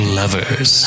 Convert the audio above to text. lovers